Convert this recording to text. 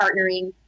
partnering